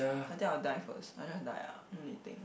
I think I'll die first I just die ah no need to think